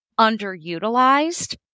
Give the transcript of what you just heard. underutilized